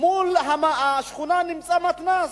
מול השכונה נמצא מתנ"ס,